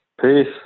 Peace